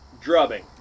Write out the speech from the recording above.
Drubbing